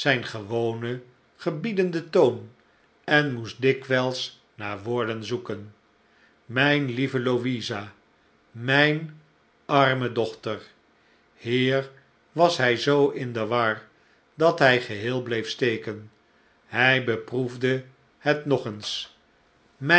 zijn gewonen gebiedenden toon en moest dikwijls naar woorden zoeken mijne lieve louisa mijne arme dochter hier was hij zoo in de war dat hij geheel bleef steken hij beproefde het nog eens mijn